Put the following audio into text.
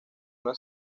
una